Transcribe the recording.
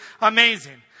amazing